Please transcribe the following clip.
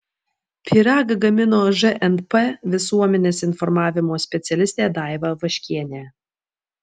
pyragą gamino žnp visuomenės informavimo specialistė daiva vaškienė